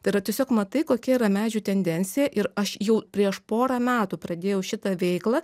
tai yra tiesiog matai kokia yra medžių tendencija ir aš jau prieš porą metų pradėjau šitą veiklą